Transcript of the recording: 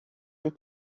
les